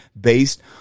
based